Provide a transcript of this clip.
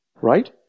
right